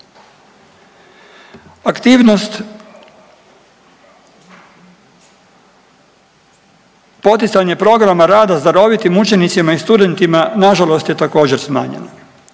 Aktivnost Poticanje programa rada s darovitim učenicima i studentima, nažalost je također smanjeno.